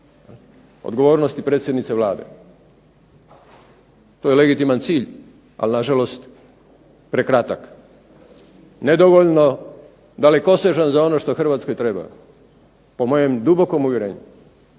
odgovornosti predsjednici Vlade. To je legitiman cilj, ali na žalost prekratak, nedovoljno dalekosežan za ono što Hrvatskoj treba po mojem dubokom uvjerenju.